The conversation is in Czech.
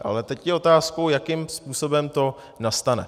A teď je otázkou, jakým způsobem to nastane.